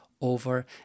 over